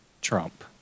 Trump